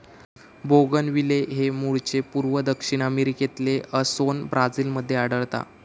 bougainvillea हे मूळचे पूर्व दक्षिण अमेरिकेतले असोन ब्राझील मध्ये आढळता